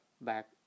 back